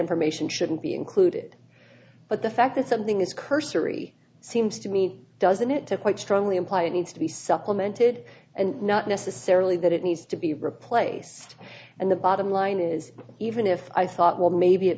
information shouldn't be included but the fact that something is cursory seems to me doesn't it to quite strongly imply it needs to be supplemented and not necessarily that it needs to be replaced and the bottom line is even if i thought well maybe it